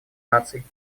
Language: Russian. наций